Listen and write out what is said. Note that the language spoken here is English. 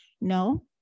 no